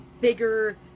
bigger